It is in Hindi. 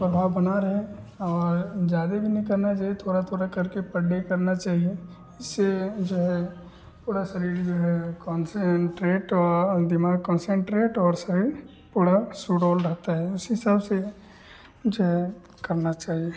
प्रभाव बना रहे और जादे भी नहीं करना चाहिए थोड़ा थोड़ा करके पर डे करना चाहिए इससे जो है पुरा शरीर जो है कॉन्सेनट्रेट और दिमाग़ कॉन्सेनट्रेट और शरीर पुरा सुडौल रहता है उसी हिसाब से जो है करना चाहिए